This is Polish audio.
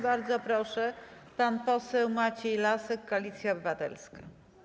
Bardzo proszę, pan poseł Maciej Lasek, Koalicja Obywatelska.